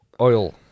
Oil